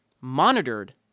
monitored